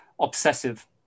obsessive